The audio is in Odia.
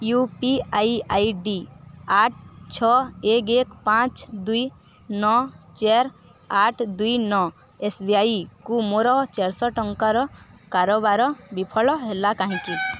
ୟୁ ପି ଆଇ ଆଇଡ଼ି ଆଠ ଛଅ ଏକ ଏକ ପାଞ୍ଚ ଦୁଇ ନଅ ଚାରି ଆଠ ଦୁଇ ନଅ ଏସ୍ବିଆଇକୁ ମୋର ଚାରିଶହ ଟଙ୍କାର କାରବାର ବିଫଳ ହେଲା କାହିଁକି